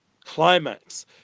Climax